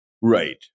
Right